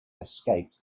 escaped